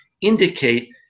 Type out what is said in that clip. indicate